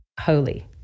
holy